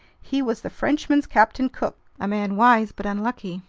he was the frenchman's captain cook. a man wise but unlucky!